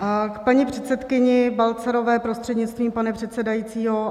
K paní předsedkyni Balcarové prostřednictvím pana předsedajícího.